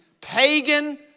pagan